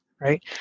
right